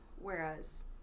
whereas